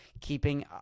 keeping